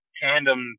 tandem